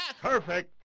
Perfect